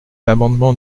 l’amendement